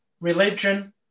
religion